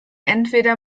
entweder